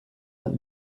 that